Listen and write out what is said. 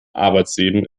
arbeitsleben